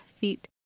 feet